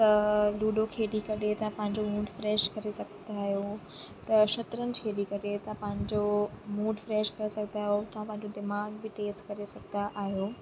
त लूडो खेॾी करे तव्हां पंहिंजो मूड फ्रेश करे सघंदा आहियो त शतरंज खेली करे तव्हां पंहिंजो मूड फ्रेश करे सघंदा आहियो तव्हां पंहिंजो दिमाग़ बि तेज़ करे सघंदा आहियो